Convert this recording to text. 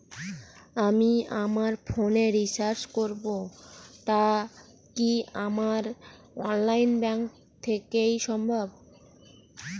আমি আমার ফোন এ রিচার্জ করব টা কি আমার অনলাইন ব্যাংক থেকেই সম্ভব?